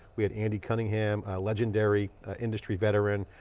we had andy cunningham, a legendary industry veteran,